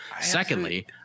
Secondly-